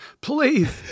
please